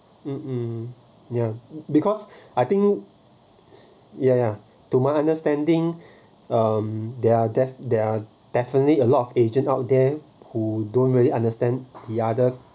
um yeah because I think ya ya to my understanding um there are def~ there are definitely a lot of agent out there who don't really understand the other